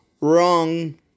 wrong